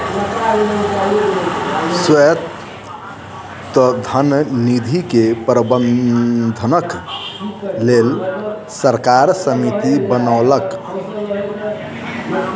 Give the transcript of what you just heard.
स्वायत्त धन निधि के प्रबंधनक लेल सरकार समिति बनौलक